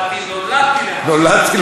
לא "באתי" "נולדתי לחמם".